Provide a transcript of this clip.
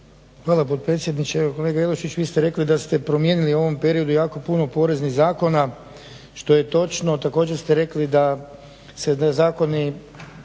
Hvala potpredsjedniče. Evo kolega Jelušić vi ste rekli da ste promijenili u ovom periodu jako puno poreznih zakona što je točno. Također, ste rekli da se zakoni